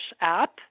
app